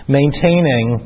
maintaining